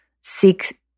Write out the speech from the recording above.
seek